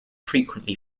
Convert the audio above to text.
frequently